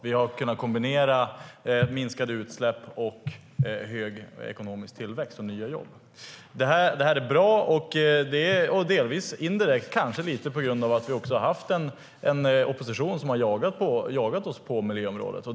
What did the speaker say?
Vi har kunnat kombinera minskade utsläpp med hög ekonomisk tillväxt och nya jobb. Det är bra. Det kanske delvis också indirekt beror på att vi har haft en opposition som har jagat oss på miljöområdet.